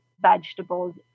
vegetables